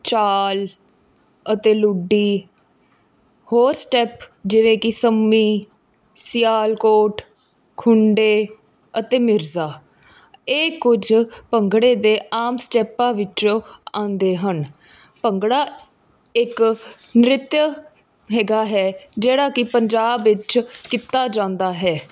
ਚਾਲ ਅਤੇ ਲੁੱਡੀ ਹੋਰ ਸਟੈੱਪ ਜਿਵੇਂ ਕਿ ਸੰਮੀ ਸਿਆਲਕੋਟ ਖੁੰਡੇ ਅਤੇ ਮਿਰਜ਼ਾ ਇਹ ਕੁਝ ਭੰਗੜੇ ਦੇ ਆਮ ਸਟੈੱਪਾਂ ਵਿੱਚੋਂ ਆਉਂਦੇ ਹਨ ਭੰਗੜਾ ਇੱਕ ਨ੍ਰਿਤ ਹੈਗਾ ਹੈ ਜਿਹੜਾ ਕਿ ਪੰਜਾਬ ਵਿੱਚ ਕੀਤਾ ਜਾਂਦਾ ਹੈ